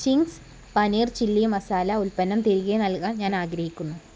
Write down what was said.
Ching's paneer chilli masala ഉൽപ്പന്നം തിരികെ നൽകാൻ ഞാൻ ആഗ്രഹിക്കുന്നു